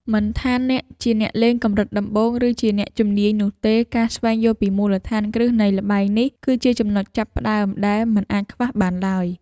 មិនថាអ្នកជាអ្នកលេងកម្រិតដំបូងឬជាអ្នកជំនាញនោះទេការស្វែងយល់ពីមូលដ្ឋានគ្រឹះនៃល្បែងនេះគឺជាចំណុចចាប់ផ្តើមដែលមិនអាចខ្វះបានឡើយ។